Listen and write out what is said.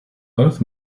both